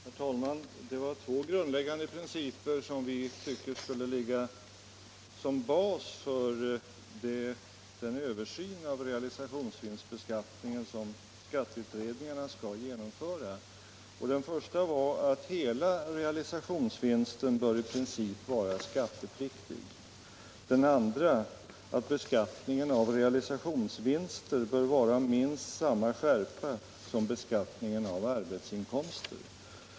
Herr talman! Det är två grundläggande principer som bör vara bas för den översyn av realisationsvinstbeskattningen som skatteutredningarna skall genomföra. Den första är att i princip hela realisationsvinsten bör vara skattepliktig, den andra att beskattningen av realisationsvinster bör ha minst samma skärpa som beskattningen av arbetsinkomster.